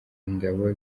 ingabo